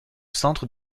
centre